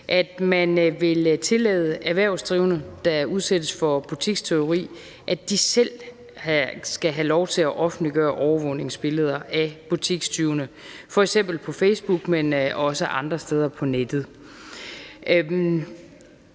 at man vil tillade erhvervsdrivende, der udsættes for butikstyveri, at de selv skal have lov til at offentliggøre overvågningsbilleder af butikstyvene, f.eks. på Facebook, men også andre steder på nettet.